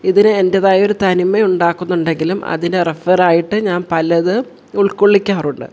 ഇതിന് എൻ്റെതായൊരു തനിമ ഉണ്ടാകുന്നുണ്ടെങ്കിലും അതിന് റെഫറായിട്ട് ഞാൻ പലത് ഉൾക്കൊള്ളിക്കാറുണ്ട്